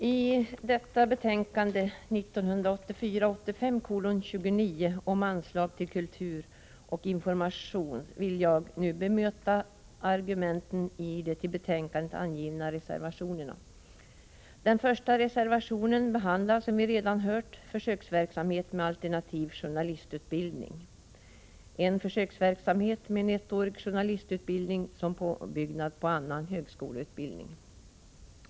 Herr talman! I betänkandet 1984/85:29 behandlas anslag till kultur och information, och jag vill nu bemöta argumenten i de till betänkandet fogade reservationerna. I reservation 1 behandlas, som vi redan har hört, försöksverksamhet med alternativ journalistutbildning — en försöksverksamhet med en ettårig journalistutbildning som påbyggnad på annan högskoleutbildning.